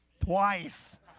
twice